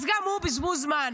אז גם הוא בזבוז זמן.